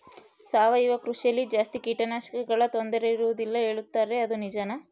ಸಾವಯವ ಕೃಷಿಯಲ್ಲಿ ಜಾಸ್ತಿ ಕೇಟನಾಶಕಗಳ ತೊಂದರೆ ಇರುವದಿಲ್ಲ ಹೇಳುತ್ತಾರೆ ಅದು ನಿಜಾನಾ?